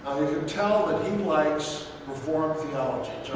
we can tell that he likes reform theology.